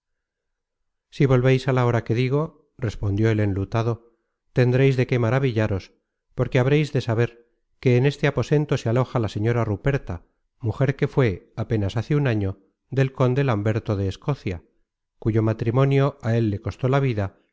si volveis á la hora que digo respondió el enlutado tendreis de qué maravillaros porque habreis de saber que en este aposento se aloja la señora ruperta mujer que fué apenas hace un año del conde lamberto de escocia cuyo matrimonio á él le costó la vida